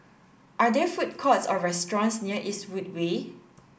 are there food courts or restaurants near Eastwood Way